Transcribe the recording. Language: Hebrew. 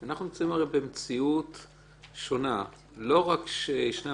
אנחנו נמצאים במציאות שונה: לא רק שישנם